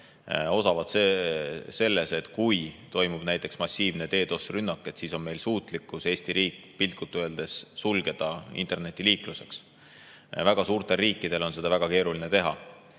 osavad selles, et kui toimub massiivne DDoS-rünnak, siis on meil suutlikkus Eesti riik piltlikult öeldes sulgeda internetiliikluseks. Väga suurtel riikidel on seda väga keeruline teha.